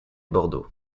bordeaux